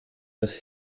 das